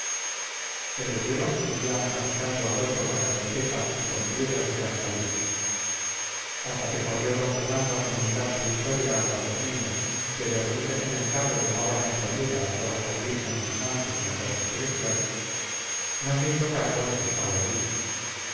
el boyero seguía machacando al otro con la escopeta y con piedras de gran calibre hasta que corrió d fernando a comunicar su victoria a las dos niñas que de rodillas en el carro llamaban en su ayuda a todas las vírgenes y santos de la corte celestial no se hizo cargo de que estaba herido